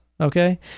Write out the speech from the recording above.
okay